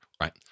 Right